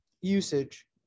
usage